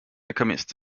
alchemist